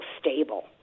stable